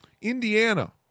Indiana